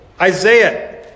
Isaiah